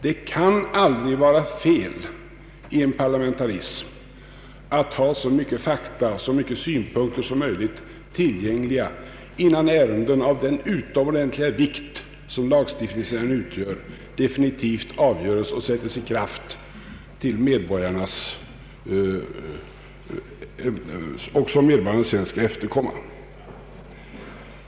Det kan aldrig vara fel i en parlamentarism att ha så mycket fakta och synpunkter som möjligt tillgängliga innan lagar, med deras utomordentliga vikt, definitivt beslutas och sättes i kraft för att sedan av medborgarna efterkommas.